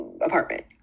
apartment